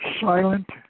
silent